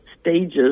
stages